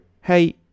hey